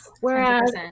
Whereas